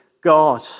God